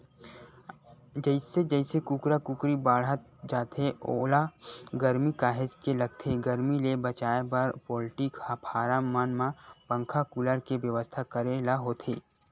जइसे जइसे कुकरा कुकरी बाड़हत जाथे ओला गरमी काहेच के लगथे गरमी ले बचाए बर पोल्टी फारम मन म पंखा कूलर के बेवस्था करे ल होथे